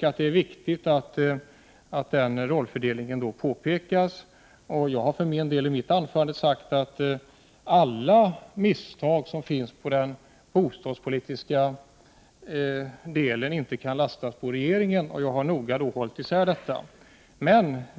Det är viktigt att notera denna rollfördelning. Jag sade i mitt anförande att alla misstag som gjorts inom bostadspolitiken inte kan lastas på regeringen. Jag har gjort en noggrann åtskillnad i det avseendet.